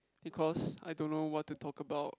because I don't know what to talk about